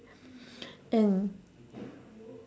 and